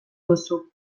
duzu